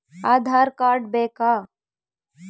Aadhaar card ಬೇಕಾ?